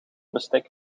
bestek